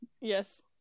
Yes